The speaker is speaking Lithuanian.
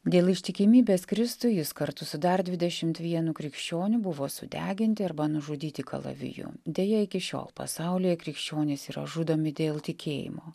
dėl ištikimybės kristui jis kartu su dar dvidešimt vienu krikščioniu buvo sudeginti arba nužudyti kalaviju deja iki šiol pasaulyje krikščionys yra žudomi dėl tikėjimo